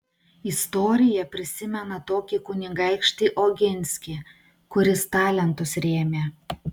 istorija prisimena tokį kunigaikštį oginskį kuris talentus rėmė